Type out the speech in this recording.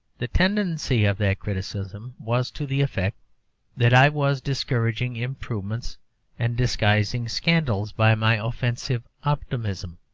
the tendency of that criticism was to the effect that i was discouraging improvement and disguising scandals by my offensive optimism.